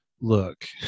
look